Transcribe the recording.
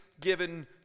given